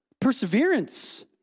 perseverance